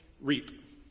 reap